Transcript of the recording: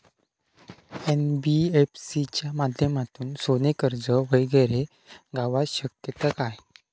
NBFC च्या माध्यमातून सोने कर्ज वगैरे गावात शकता काय?